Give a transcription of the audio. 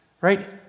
Right